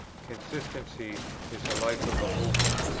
consistency is the life of a movement.